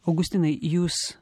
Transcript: augustinai jūs